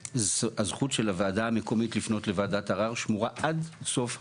הזכות של הוועדה המקומית לפנות לוועדת ערער שמורה עד סוף הבניה,